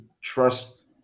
trust